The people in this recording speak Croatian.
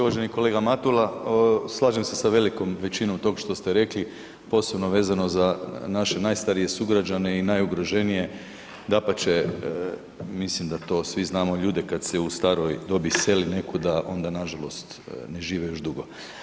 Uvaženi kolega Matula, slažem se s velikom većinom tog što ste rekli, posebno vezano za naše najstarije sugrađane i najugroženije, dapače, mislim da to svi znamo ljude kada se u staroj dobi iseli nekuda onda nažalost ne žive još dugo.